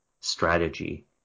strategy